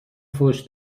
فحش